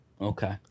Okay